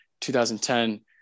2010